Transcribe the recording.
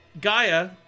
Gaia